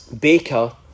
baker